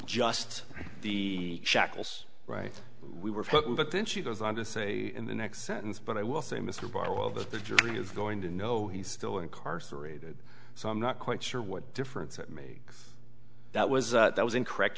just the shackles right we were put in but then she goes on to say in the next sentence but i will say mr barwell that the jury is going to know he's still incarcerated so i'm not quite sure what difference it makes that was that was in correct